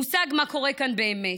מושג מה קורה כאן באמת.